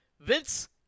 Vince